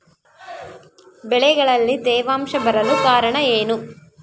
ಬೆಳೆಗಳಲ್ಲಿ ತೇವಾಂಶ ಬರಲು ಕಾರಣ ಏನು?